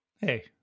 Hey